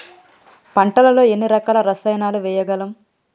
పంటలలో ఎన్ని రకాల రసాయనాలను వేయగలము?